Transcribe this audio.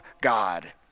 God